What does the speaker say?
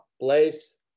place